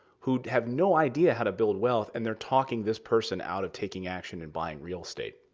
who have no idea how to build wealth, and they're talking this person out of taking action and buying real estate.